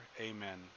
Amen